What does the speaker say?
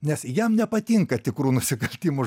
nes jam nepatinka tikrų nusikaltimų